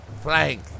Flank